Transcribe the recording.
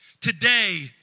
Today